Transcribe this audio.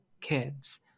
kids